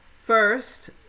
First